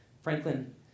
Franklin